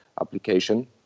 application